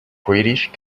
british